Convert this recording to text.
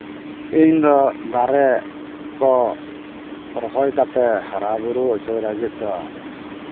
ᱤᱧᱫᱚ ᱫᱟᱨᱮ ᱠᱚ ᱨᱚᱦᱚᱭ ᱠᱟᱛᱮᱫ ᱦᱟᱨᱟ ᱵᱩᱨᱩᱭ ᱦᱚᱪᱚᱭ ᱞᱟᱹᱜᱤᱫ ᱫᱚ